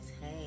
hey